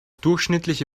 durchschnittliche